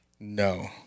No